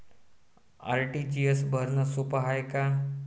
RTGS भरनं सोप हाय का?